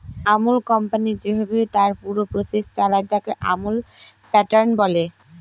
Amul company যেভাবে তার পুরো প্রসেস চালায়, তাকে আমুল প্যাটার্ন বলে